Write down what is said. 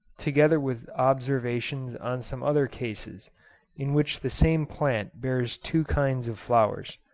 together with observations on some other cases in which the same plant bears two kinds of flowers.